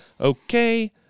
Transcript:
Okay